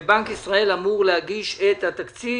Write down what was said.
ובנק ישראל אמור להגיש את התקציב.